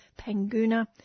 Panguna